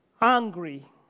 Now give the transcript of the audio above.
angry